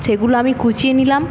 সেগুলো আমি কুঁচিয়ে নিলাম